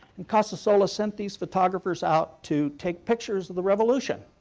and casasola sent these photographers out to take pictures of the revolution.